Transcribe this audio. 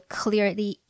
clearly